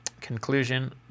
conclusion